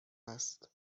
است